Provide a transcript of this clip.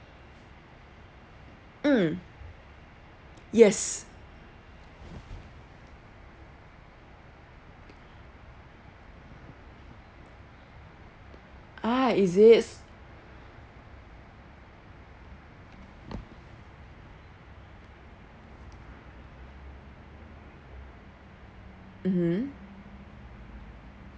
mm yes ah is it s~ mmhmm